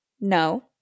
No